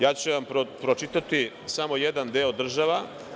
Ja ću vam pročitati samo jedan deo država.